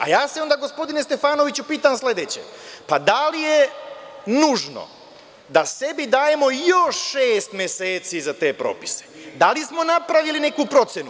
A ja se onda gospodine Stefanoviću, pitam sledeće – pa, da li je nužno da sebi dajemo još šest meseci za te propise, da li smo napravili neku procenu.